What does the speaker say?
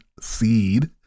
seed